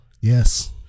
yes